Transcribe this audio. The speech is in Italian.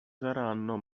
saranno